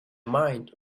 mind